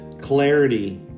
clarity